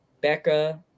Becca